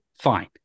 fine